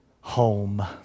home